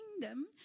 kingdom